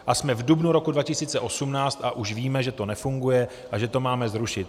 A jsme v dubnu roku 2018 a už víme, že to nefunguje a že to máme zrušit.